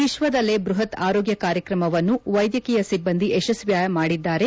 ವಿಶ್ವದಲ್ಲೇ ಬೃಹತ್ ಆರೋಗ್ಯ ಕಾರ್ಯಕ್ರಮವನ್ನು ವೈದ್ಯಕೀಯ ಭಿಬ್ಬಂದಿ ಯಶಸ್ವಿಯಾಗಿ ಮಾಡಿದ್ದಾರೆ